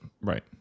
right